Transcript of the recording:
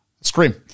Scream